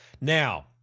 Now